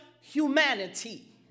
humanity